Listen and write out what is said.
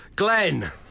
Glenn